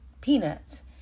Peanuts